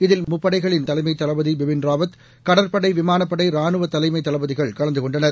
இதில் முப்படைகளின் தலைமைத் தளபதி பிபின் ராவத் கடற்படை விமானப்படை ராணுவ தலைமைத் தளபதிகள் கலந்து கொண்டனர்